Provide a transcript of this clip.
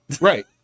right